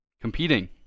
competing